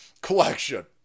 collection